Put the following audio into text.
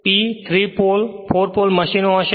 P 3 pole 4 pole મશીનો હશે